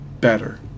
better